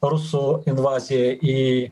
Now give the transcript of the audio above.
rusų invazija į